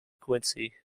quincy